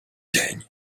dzień